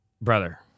Brother